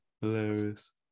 hilarious